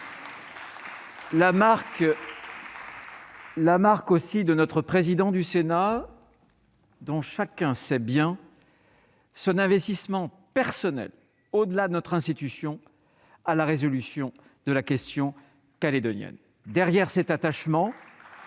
la marque du président du Sénat, dont chacun sait l'investissement personnel, au-delà de notre institution, à la résolution de la question calédonienne. Derrière l'attachement